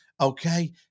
Okay